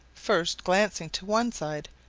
first glancing to one side,